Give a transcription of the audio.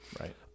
right